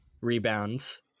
rebounds